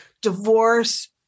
Divorce